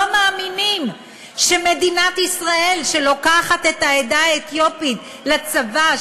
לא מאמינים שמדינת ישראל שלוקחת את העדה האתיופית לצבא,